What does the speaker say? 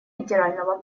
федерального